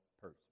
person